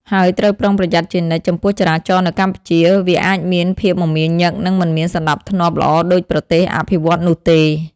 ហើយត្រូវប្រុងប្រយ័ត្នជានិច្ច ចំពោះចរាចរណ៍នៅកម្ពុជា វាអាចមានភាពមមាញឹកនិងមិនមានសណ្តាប់ធ្នាប់ល្អដូចប្រទេសអភិវឌ្ឍន៍នោះទេ។